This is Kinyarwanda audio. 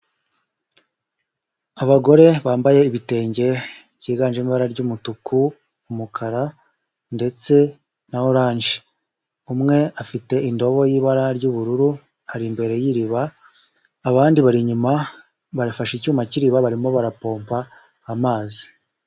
Abagore bambaye ibitenge byiganjemo ibara ry'umutuku, umukara ndetse na oranje. Umwe afite indobo y'ibara ry'ubururu ari imbere y'iriba, abandi bari inyuma bafashe icyuma k'iriba barimo barapompa amazi.